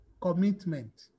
commitment